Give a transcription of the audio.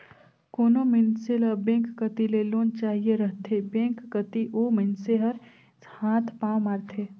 कोनो मइनसे ल बेंक कती ले लोन चाहिए रहथे बेंक कती ओ मइनसे हर हाथ पांव मारथे